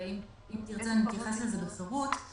אם ארצה נתייחס לזה בפירוט.